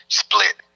split